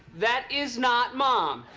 that is not mom.